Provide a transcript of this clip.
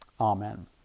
Amen